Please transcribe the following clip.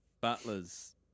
butlers